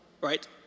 right